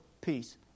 peace